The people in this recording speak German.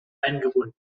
eingebunden